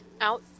out